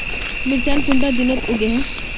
मिर्चान कुंडा दिनोत उगैहे?